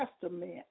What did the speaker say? Testament